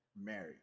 married